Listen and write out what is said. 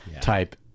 type